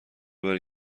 برای